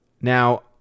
Now